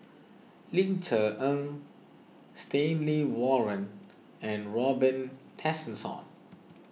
Ling Cher Eng Stanley Warren and Robin Tessensohn